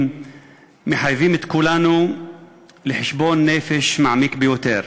מחייבים את כולנו בחשבון נפש מעמיק ביותר.